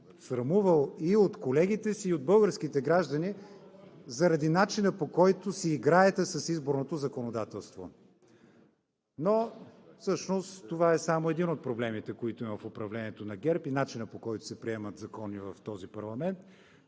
срамувал и от колегите си, и от българските граждани заради начина, по който си играете с изборното законодателство. Всъщност обаче това е само един от проблемите, които има в управлението на ГЕРБ и начина, по който се приемат закони в този парламент.